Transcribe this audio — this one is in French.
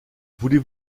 voulez